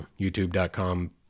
youtube.com